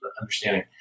understanding